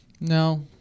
No